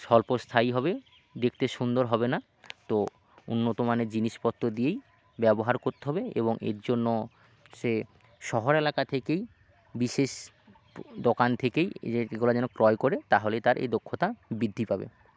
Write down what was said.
স্বল্পস্থায়ী হবে দেখতে সুন্দর হবে না তো উন্নত মানের জিনিসপত্র দিয়েই ব্যবহার করতে হবে এবং এর জন্য সে শহর এলাকা থেকেই বিশেষ দোকান থেকেই এগুলা যেন ক্রয় করে তাহলেই তার এই দক্ষতা বৃদ্ধি পাবে